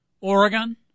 Oregon